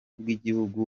bw’igihugu